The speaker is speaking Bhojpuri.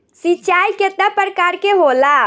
सिंचाई केतना प्रकार के होला?